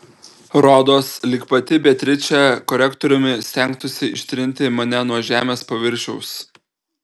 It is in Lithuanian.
rodos lyg pati beatričė korektoriumi stengtųsi ištrinti mane nuo žemės paviršiaus